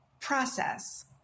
process